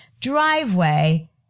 driveway